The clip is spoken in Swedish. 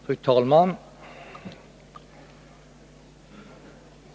Fru talman!